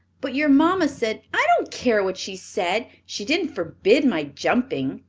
but your mamma said i don't care what she said. she didn't forbid my jumping,